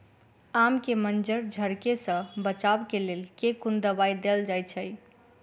आम केँ मंजर झरके सऽ बचाब केँ लेल केँ कुन दवाई देल जाएँ छैय?